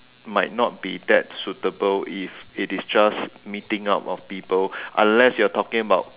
might not be that suitable if it is just meeting up of people unless you are talking about